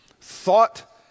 thought